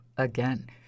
Again